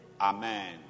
Amen